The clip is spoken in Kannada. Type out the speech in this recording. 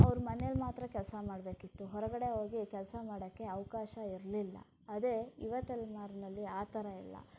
ಅವರು ಮನೇಲಿ ಮಾತ್ರ ಕೆಲಸ ಮಾಡಬೇಕಿತ್ತು ಹೊರಗಡೆ ಹೋಗಿ ಕೆಲಸ ಮಾಡೋಕ್ಕೆ ಅವಕಾಶ ಇರಲಿಲ್ಲ ಅದೇ ಯುವ ತಲೆಮಾರಿನಲ್ಲಿ ಆ ಥರ ಇಲ್ಲ